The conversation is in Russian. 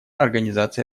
организации